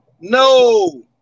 No